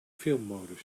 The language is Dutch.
filmmodus